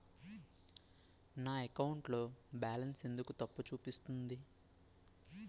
నా అకౌంట్ లో బాలన్స్ ఎందుకు తప్పు చూపిస్తుంది?